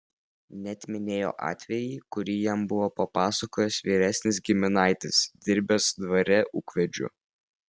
net minėjo atvejį kurį jam buvo papasakojęs vyresnis giminaitis dirbęs dvare ūkvedžiu